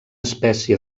espècie